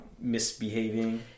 misbehaving